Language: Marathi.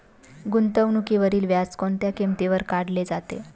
गुंतवणुकीवरील व्याज कोणत्या किमतीवर काढले जाते?